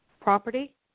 property